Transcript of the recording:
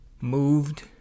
moved